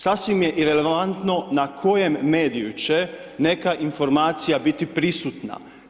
Sasvim je irelevantno, na kojem mediju će neka informacija biti prisutna.